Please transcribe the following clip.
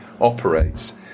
operates